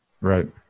Right